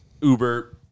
Uber